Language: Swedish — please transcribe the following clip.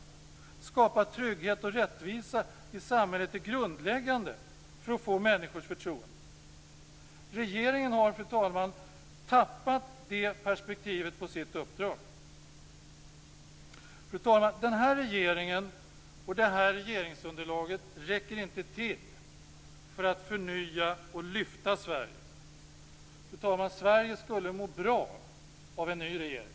Att skapa trygghet och rättvisa i samhället är grundläggande för att få människors förtroende. Regeringen har tappat det perspektivet på sitt uppdrag. Fru talman! Den här regeringen och det här regeringsunderlaget räcker inte till för att förnya och lyfta Sverige. Sverige skulle må bra av en ny regering.